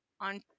on